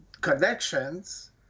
connections